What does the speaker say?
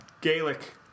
Gaelic